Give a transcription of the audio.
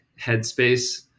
headspace